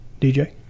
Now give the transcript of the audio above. DJ